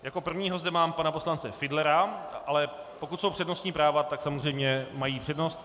Jako prvního zde mám pana poslance Fiedlera, ale pokud jsou přednostní práva, tak samozřejmě mají přednost.